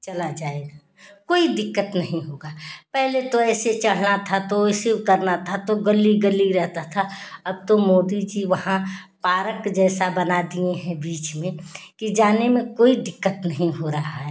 चला जाएगा कोई दिक्कत नहीं होगा पहले तो ऐसे चढ़ना था तो ऐसे उतरना था तो गली गली रहता था अब तो मोदी जी वहाँ पारक जैसा बना दिए हैं बीच में कि जाने में कोई दिक्कत नहीं हो रहा है